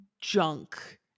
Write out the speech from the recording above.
junk